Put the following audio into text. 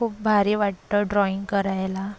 खूप भारी वाटतं ड्राइंग करायला